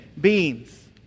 beings